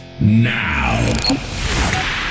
now